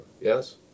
Yes